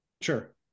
Sure